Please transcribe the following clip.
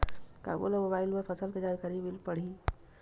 का मोला मोबाइल म फसल के जानकारी मिल पढ़ही?